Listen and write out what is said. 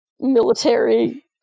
military